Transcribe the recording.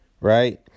right